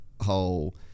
whole